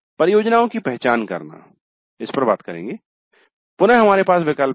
परियोजनाओं की पहचान करना इस पर बात करेंगे पुनः हमारे पास विकल्प हैं